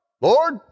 Lord